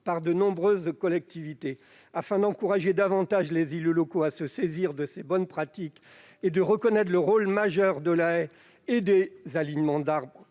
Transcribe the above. par de nombreuses collectivités. Afin d'encourager davantage les élus locaux à se saisir de ces bonnes pratiques et à reconnaître le rôle majeur de la haie et des alignements d'arbres